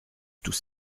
tous